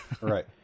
Right